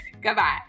Goodbye